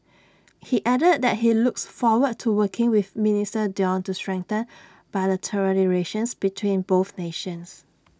he added that he looks forward to working with minister Dion to strengthen bilateral relations between both nations